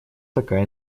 такая